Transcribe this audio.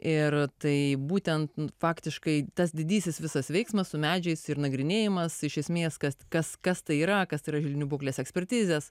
ir tai būtent faktiškai tas didysis visas veiksmas su medžiais ir nagrinėjimas iš esmės kas kas kas tai yra kas yra želdinių būklės ekspertizės